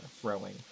throwing